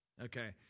Okay